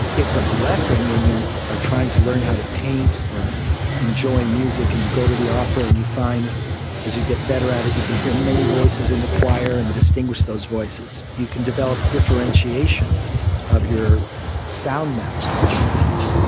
it's a blessing when you are trying to learn how to paint or enjoy music and you go to the opera and you find as you get better at it you can hear many voices in the choir and distinguish those voices. you can develop differentiation of your sound maps in that case.